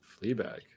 fleabag